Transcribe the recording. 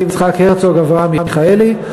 יצחק הרצוג ואברהם מיכאלי.